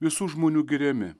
visų žmonių giriami